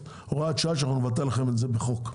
שאנחנו נבטל לכם את זה בחוק.